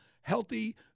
healthy